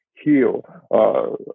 heal